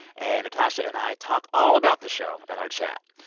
and natasha and i talk all about the show in our chat.